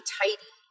tidy